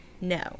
no